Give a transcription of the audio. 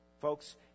Folks